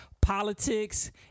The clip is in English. politics